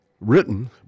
written